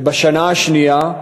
ובשנה השנייה,